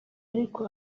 ariko